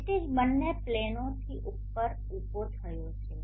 ક્ષિતિજ બંને પ્લેનોથી ઉપર ઉભો થયો છે